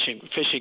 fishing